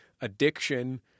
addiction